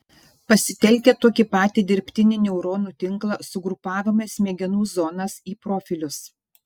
pasitelkę tokį patį dirbtinį neuronų tinklą sugrupavome smegenų zonas į profilius